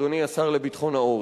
אדוני השר לביטחון העורף?